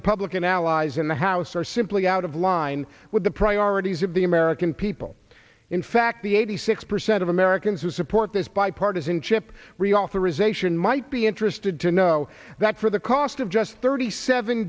republican allies in the house are simply out of line with the priorities of the american people in fact the eighty six percent of americans who support this bipartisanship reauthorization might be interested to know that for the cost of just thirty seven